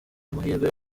amahirwe